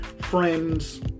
friends